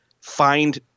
find